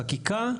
בחקיקה,